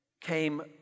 came